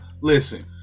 Listen